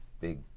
big